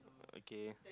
okay